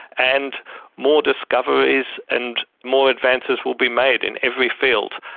and more discoveries and more advances will be made in every field.